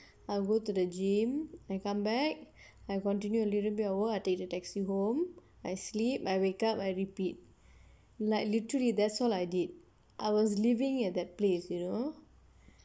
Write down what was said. I go to the gym then come back I continue a little bit of work I take the taxi home I sleep I wake up I repeat like literally that's all I did I was living at that place you know